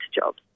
jobs